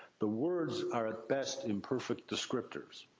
the words are at best imperfect descriptors.